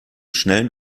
schnellen